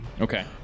Okay